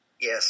Yes